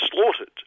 slaughtered